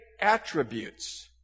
attributes